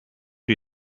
die